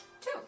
Two